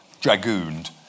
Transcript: dragooned